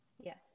Yes